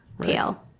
pale